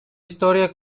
historia